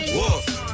Whoa